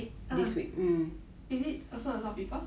ah is it also a lot of people